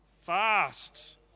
Fast